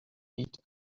beat